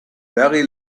very